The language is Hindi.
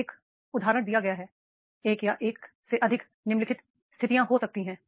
तो एक उदाहरण दिया गया है एक या अधिक निम्नलिखित स्थितियों हो सकती है